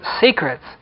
secrets